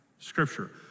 Scripture